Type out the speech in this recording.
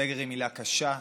סגר הוא מילה קשה,